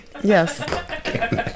Yes